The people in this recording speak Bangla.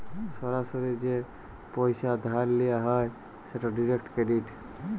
সরাসরি যে পইসা ধার লিয়া হ্যয় সেট ডিরেক্ট ক্রেডিট